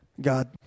God